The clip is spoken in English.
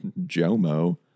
Jomo